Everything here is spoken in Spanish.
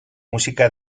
música